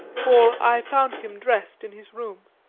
for i found him dressed in his room.